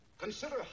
consider